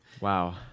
Wow